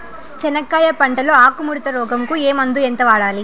చెనక్కాయ పంట లో ఆకు ముడత రోగం కు ఏ మందు ఎంత వాడాలి?